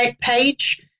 page